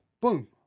boom